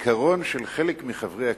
הזיכרון של חלק מחברי הכנסת,